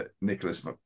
Nicholas